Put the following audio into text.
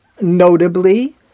Notably